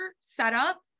setup